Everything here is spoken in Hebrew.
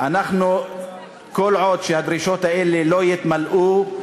כל עוד הדרישות האלה לא יתמלאו,